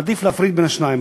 עדיף להפריד בין השתיים.